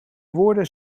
woorden